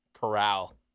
Corral